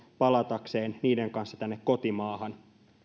palatakseen niiden kanssa tänne kotimaahan